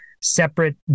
separate